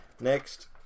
Next